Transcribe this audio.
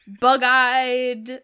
Bug-eyed